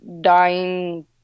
dying